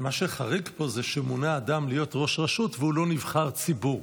מה שחריג פה זה שמונה אדם להיות ראש רשות והוא לא נבחר ציבור.